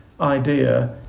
idea